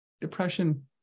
depression